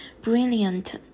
brilliant